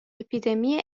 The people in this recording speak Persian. اپیدمی